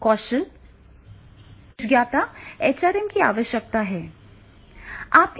कौशल विशेषज्ञता एचआरएम की आवश्यकता है